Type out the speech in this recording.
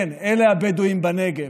כן, אלה הבדואים בנגב.